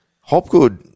Hopgood